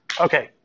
okay